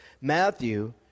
Matthew